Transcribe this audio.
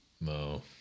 No